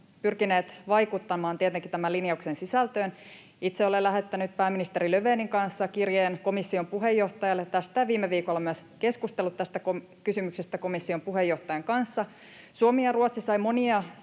pyrkineet vaikuttamaan tietenkin tämän linjauksen sisältöön. Itse olen lähettänyt pääministeri Löfvenin kanssa kirjeen komission puheenjohtajalle tästä ja viime viikolla myös keskustellut tästä kysymyksestä komission puheenjohtajan kanssa. Suomi ja Ruotsi saivat